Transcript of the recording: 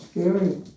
scary